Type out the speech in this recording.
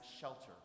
shelter